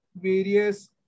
various